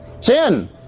Sin